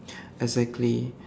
exactly